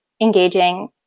engaging